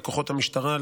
לכוחות המשטרה,